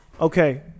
Okay